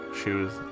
shoes